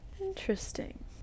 Interesting